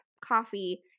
coffee